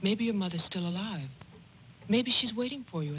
maybe a mother still alive maybe she's waiting for you